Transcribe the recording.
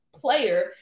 player